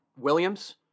Williams